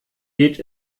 geht